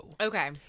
Okay